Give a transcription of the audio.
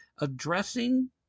addressing